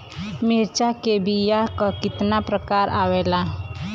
मिर्चा के बीया क कितना प्रकार आवेला?